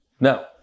Now